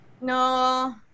No